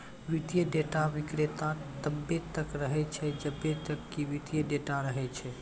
वित्तीय डेटा विक्रेता तब्बे तक रहै छै जब्बे तक कि वित्तीय डेटा रहै छै